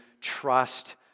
Trust